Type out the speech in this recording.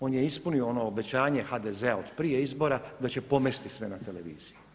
On je ispunio ono obećanje HDZ-a od prije izbora da će pomesti sve na televiziji.